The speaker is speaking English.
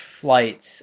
flights